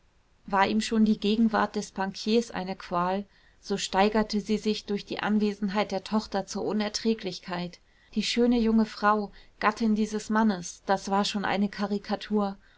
war ihm schon die gegenwart des bankiers eine qual so steigerte sie sich durch die anwesenheit der tochter zur unerträglichkeit die schöne junge frau gattin dieses mannes das war schon eine karikatur